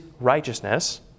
righteousness